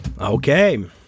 Okay